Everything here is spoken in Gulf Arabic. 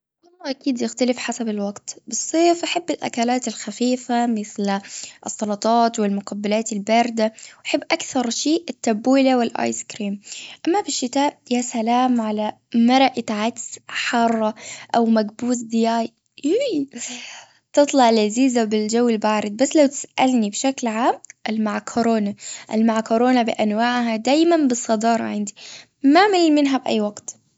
والله أكيد يختلف حسب الوقت بالصيف أحب الأكلات الخفيفة مثل السلطات والمقبلات الباردة أحب اكثر شيء التبولة والأيس كريم. أما في الشتاء يا سلام على مرقة عدس حارة أو مكبوس دياي يووي. تطلع لذيذة بالجو البارد تسألني بشكل عام المعكرونة. المعكرونة بأنواعها دايما بالصدارة عندي. ما معي منها باي وقت.